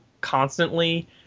constantly